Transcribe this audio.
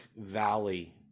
valley